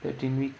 thirteen weeks